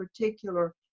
particular